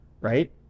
right